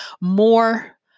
more